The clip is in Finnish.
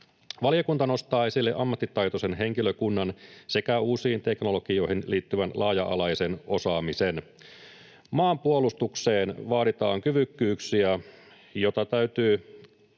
Valiokunta nostaa esille ammattitaitoisen henkilökunnan sekä uusiin teknologioihin liittyvän laaja-alaisen osaamisen. Maanpuolustukseen vaaditaan kyvykkyyksiä, joita täytyy